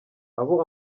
abo